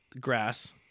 Grass